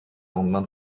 lendemain